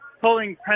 pulling